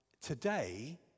today